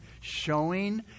showing